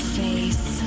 face